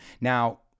now